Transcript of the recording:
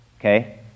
okay